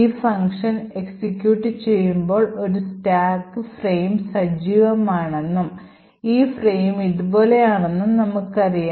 ഈ function execute ചെയ്യുമ്പോൾ ഒരു സ്റ്റാക്ക് ഫ്രെയിം സജീവമാണെന്നും ഈ ഫ്രെയിം ഇതുപോലെയാണെന്നും നമുക്കറിയാം